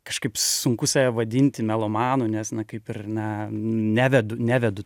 kažkaip sunku save vadinti melomanu nes na kaip ir na nevedu nevedu